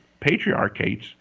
patriarchates